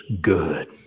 good